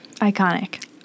iconic